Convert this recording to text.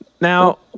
Now